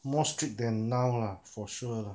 more strict than now lah for sure lah